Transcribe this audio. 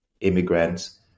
immigrants